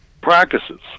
practices